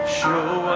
show